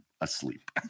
asleep